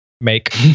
make